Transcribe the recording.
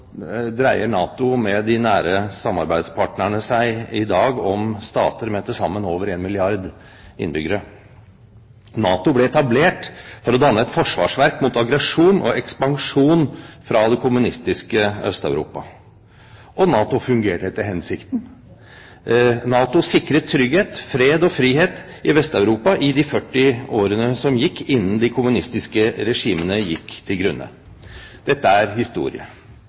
dreier NATO med de nære samarbeidspartnerne seg i dag om stater med over 1 milliard innbyggere. NATO ble etablert for å danne et forsvarsverk mot aggresjon og ekspansjon fra det kommunistiske Øst-Europa. Og NATO fungerte etter hensikten. NATO sikret trygghet, fred og frihet i Vest-Europa i de 40 årene som gikk innen de kommunistiske regimene gikk til grunne. Dette er historie.